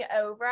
over